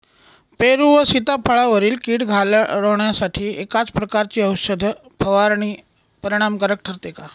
पेरू व सीताफळावरील कीड घालवण्यासाठी एकाच प्रकारची औषध फवारणी परिणामकारक ठरते का?